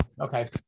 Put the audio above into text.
Okay